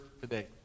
today